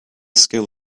skill